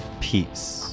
peace